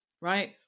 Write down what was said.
right